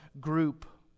group